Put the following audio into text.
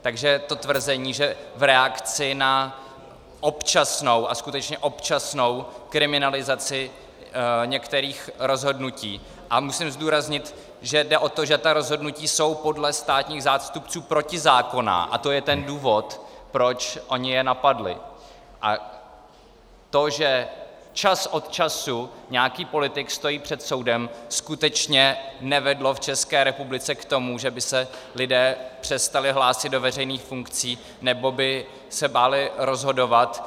Takže to tvrzení, že v reakci na občasnou a skutečně občasnou kriminalizaci některých rozhodnutí, a musím zdůraznit, že ta rozhodnutí jsou podle státních zástupců protizákonná a to je ten důvod, proč oni je napadli, tak to, že čas od času nějaký politik stojí před soudem, skutečně nevedlo v České republice k tomu, že by se lidé přestali hlásit do veřejných funkcí nebo by se báli rozhodovat.